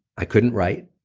i couldn't write,